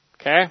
Okay